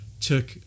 took